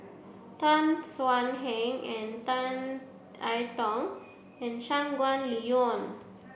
Tan Thuan Heng and Tan I Tong and Shangguan Liuyun